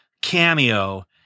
cameo